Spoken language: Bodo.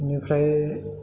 बेनिफ्राय